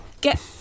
get